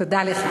תודה לך.